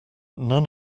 none